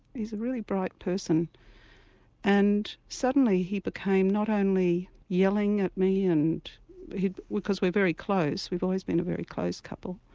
he's a really bright person and suddenly he became not only yelling at me and because we're very close, we've always been a very close couple,